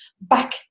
back